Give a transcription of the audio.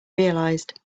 realized